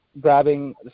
grabbing